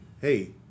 hey